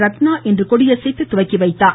ரத்னா இன்று கொடியசைத்து துவக்கி வைத்தார்